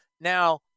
Now